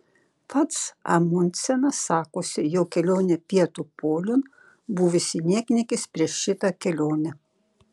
pats amundsenas sakosi jo kelionė pietų poliun buvusi niekniekis prieš šitą kelionę